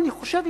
אני חושב,